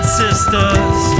sisters